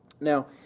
Now